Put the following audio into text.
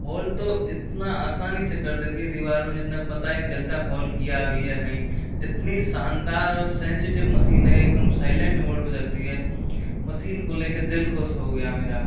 whole तो इतना आसानी से कर देती है दीवार में जितने पता ही नहीं चलता होल किया भी है की नहीं इतनी शानदार और सेंसिटिव मशीन है एकदम साइलेंट मोड पे चलती है मशीन को लेके दिल खुश हो गया मेरा